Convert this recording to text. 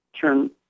turn